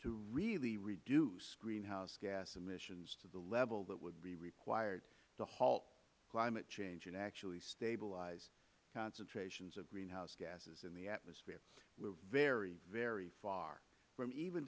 to really reduce greenhouse gas emissions to the level that would be required to halt climate change and actually stabilize concentrations of greenhouse gases in the atmosphere we are very very far from even